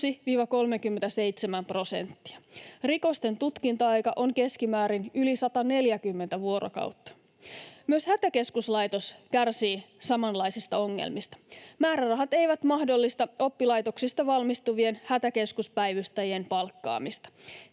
Rikosten tutkinta-aika on keskimäärin yli 140 vuorokautta. Myös Hätäkeskuslaitos kärsii samanlaisista ongelmista. Määrärahat eivät mahdollista oppilaitoksista valmistuvien hätäkeskuspäivystäjien palkkaamista.